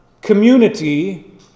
community